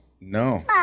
no